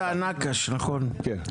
אתה נקש נכון?